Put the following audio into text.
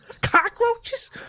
Cockroaches